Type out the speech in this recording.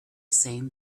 same